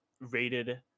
rated